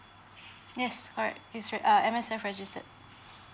yes alright it's re~ err M_S_F registered